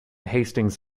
hastings